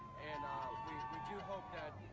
and we do hope that,